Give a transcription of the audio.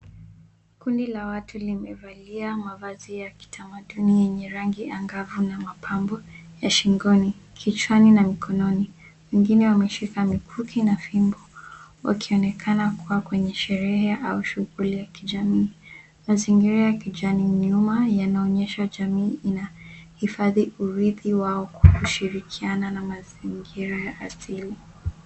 Kundi la watu limevalia mavazi ya kitamaduni yenye rangi angavu na mapambo ya shingoni, kichwani na mkononi. Wengine wameshika mikuki na fimbo wakionekana kuwa kwenye sherehe au shughuli ya kijamii. Mazingira ya kijani yanaonyesha jamii ina hifadhi urithi wao kwa kushirikiana na mazingira ya asili.